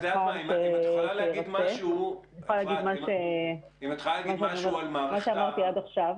אני יכולה להגיד מה שאמרתי עד עכשיו,